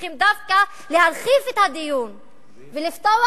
וצריכים דווקא להרחיב את הדיון ולפתוח